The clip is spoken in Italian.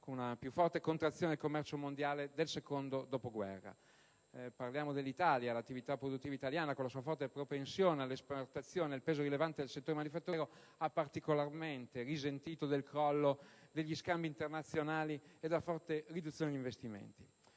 con la più forte contrazione del commercio mondiale dal secondo dopoguerra. L'attività produttiva italiana, con la sua forte propensione all'esportazione e il peso rilevante del settore manifatturiero, ha particolarmente risentito del crollo degli scambi internazionali e della forte riduzione degli investimenti.